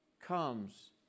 comes